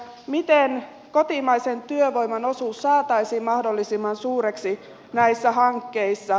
miten kotimaisen työvoiman osuus saataisiin mahdollisimman suureksi näissä hankkeissa